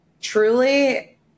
Truly